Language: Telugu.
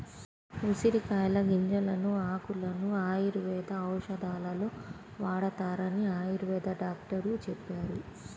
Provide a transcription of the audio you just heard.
ఉసిరికాయల గింజలను, ఆకులను ఆయుర్వేద ఔషధాలలో వాడతారని ఆయుర్వేద డాక్టరు చెప్పారు